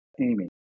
amy